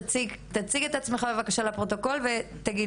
תציג את עצמך בבקשה לפרוטוקול ותגיד